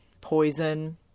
poison